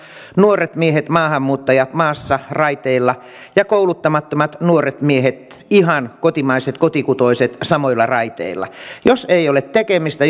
nuoret miehet maahanmuuttajat maassa raiteilla ja kouluttamattomat nuoret miehet ihan kotimaiset kotikutoiset samoilla raiteilla jos ei ole tekemistä